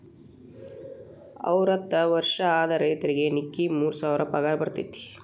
ಅರ್ವತ್ತ ವರ್ಷ ಆದ ರೈತರಿಗೆ ನಿಕ್ಕಿ ಮೂರ ಸಾವಿರ ಪಗಾರ ಬರ್ತೈತಿ